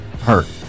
hurt